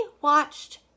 watched